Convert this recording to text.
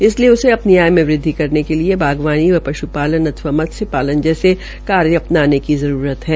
इसलिए उसे आय में वृदवि करने के लिए बागवानी व पश्पालन अथवा मत्स्य पालन जैसे कार्य अपनाने की जरूरत है